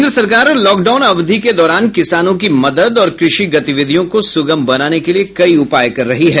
केन्द्र सरकार लॉकडाउन अवधि के दौरान किसानों की मदद और कृषि गतिविधियों को सुगम बनाने के लिए कई उपाय कर रही है